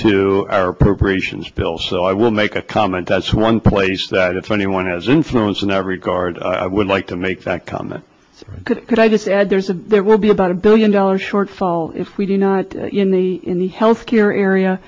to our appropriations bills so i will make a comment that's one place that if anyone has influence in every card i would like to make that comment could i just add there's a there will be about a billion dollar shortfall if we do not in the in the health care area